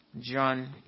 John